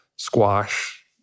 squash